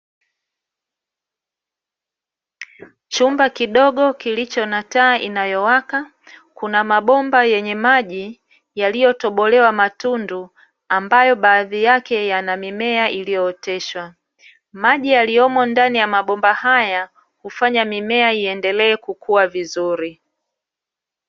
Chumba kidogo kilicho na taa inayowaka, kuna mabomba yenye maji yaliyo tobolewa matundu, ambayo baadhi yake yana mimea iliyo oteshwa. Maji yaliyomo ndani ya mabomba haya hufanya mimea iendelee kukua vizuri.